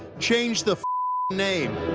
change the name.